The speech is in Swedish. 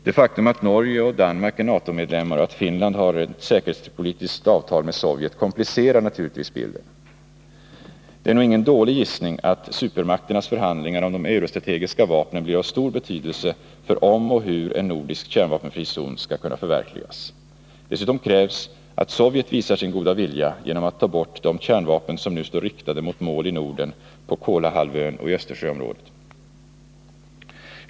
Det faktum att Norge och Danmark är NATO-medlemmar och att Finland har ett säkerhetspolitiskt avtal med Sovjet komplicerar naturligtvis bilden. Det är nog ingen dålig gissning att supermakternas förhandlingar om de eurostrategiska vapnen blir av stor betydelse för om och hur en nordisk kärnvapenfri zon skall kunna förverkligas. Dessutom krävs att Sovjet visar sin goda vilja genom att ta bort de kärnvapen på Kolahalvön och i Östersjöområdet som nu står riktade mot mål i Norden.